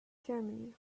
germany